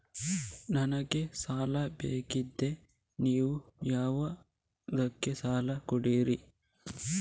ನನಗೆ ಸಾಲ ಬೇಕಾಗಿದೆ, ನೀವು ಯಾವುದಕ್ಕೆ ಸಾಲ ಕೊಡ್ತೀರಿ?